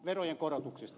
verojen korotuksista